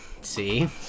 See